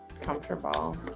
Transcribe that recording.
comfortable